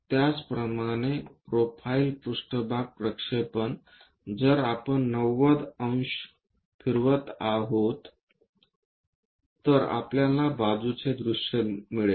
त्याचप्रमाणे प्रोफाइल पृष्ठभाग प्रक्षेपण जर आपण 90 अंश फिरवत आहोत तर आपल्याला बाजूच्या दृश्य मिळेल